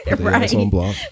right